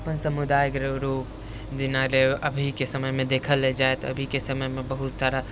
अपन समुदायके लोक अरु जेना अभीके समयमे देखल जाइ तऽ अभीके समयमे बहुत सारा